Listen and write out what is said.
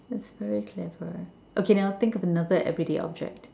that's very clever okay now think of another everyday object